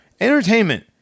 Entertainment